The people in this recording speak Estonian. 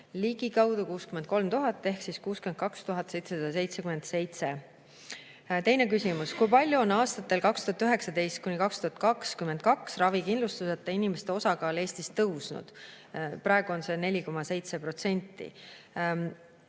Ligikaudu 63 000 ehk 62 777. Teine küsimus: "Kui palju on aastatel 2019–2022 ravikindlustuseta inimeste osakaal Eestis tõusnud?" Praegu on see 4,7%.